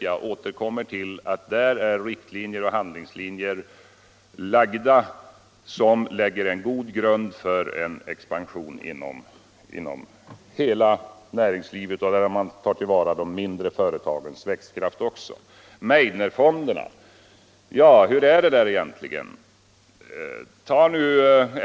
Jag återkommer till att i utskottsbetänkandet finns riktlinjer och handlingslinjer som lägger en god grund för en expansion inom hela näringslivet och där man tar till vara också de mindre företagens växtkraft. Hur är det egentligen i fråga om Meidnerfonderna?